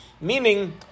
Meaning